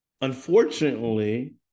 Unfortunately